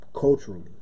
culturally